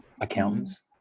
accountants